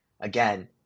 again